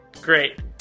Great